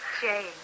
Jane